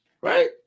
right